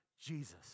Jesus